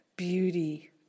beauty